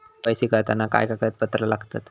KYC करताना काय कागदपत्रा लागतत?